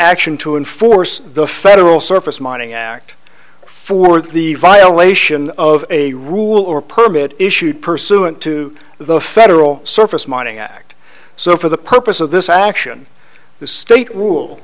action to enforce the federal surface mining act for the violation of a rule or permit issued pursuant to the federal surface mining act so for the purpose of this action the state rule